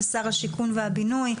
שר השיכון והבינוי,